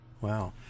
Wow